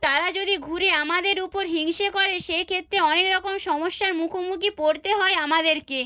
তারা যদি ঘুরে আমাদের উপর হিংসে করে সেক্ষেত্রে অনেক রকম সমস্যার মুখোমুখি পড়তে হয় আমাদেরকে